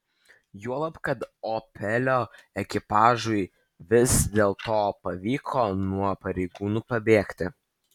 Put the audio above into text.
juolab kad opelio ekipažui vis dėlto pavyko nuo pareigūnų pabėgti